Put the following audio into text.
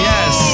Yes